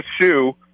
shoe